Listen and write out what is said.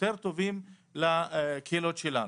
יותר טובים לקהילות שלנו.